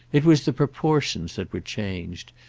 it was the proportions that were changed,